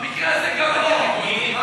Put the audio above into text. במקרה הזה, גם אני הריבון.